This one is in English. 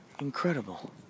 Incredible